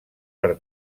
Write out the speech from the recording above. per